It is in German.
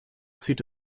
zieht